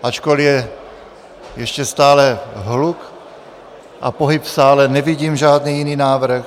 Ačkoli je ještě stále hluk a pohyb v sále, nevidím žádný jiný návrh.